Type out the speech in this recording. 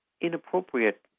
inappropriate